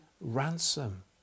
ransom